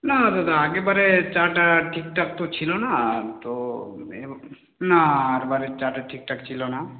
না না দাদা আগেবারে চাটা ঠিকঠাক তো ছিল না তো না আরবারের চাটা ঠিকঠাক ছিল না